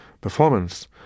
performance